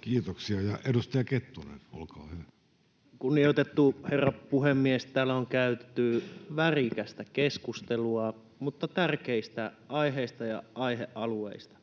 Kiitoksia. — Edustaja Kettunen, olkaa hyvä. Kunnioitettu herra puhemies! Täällä on käyty värikästä keskustelua, mutta tärkeistä aiheista ja aihealueista.